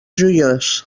joiós